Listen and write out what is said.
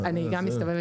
אני גם מסתובבת